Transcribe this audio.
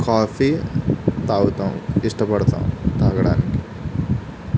coffee త్రాగుతాము ఇష్టపడతాము త్రాగడానికి